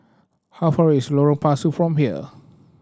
how far is Lorong Pasu from here